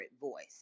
voice